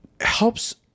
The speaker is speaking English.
helps